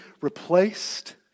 replaced